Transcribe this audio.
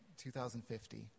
2050